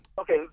Okay